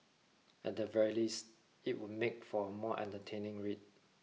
at the very least it would make for a more entertaining read